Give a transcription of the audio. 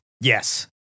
Yes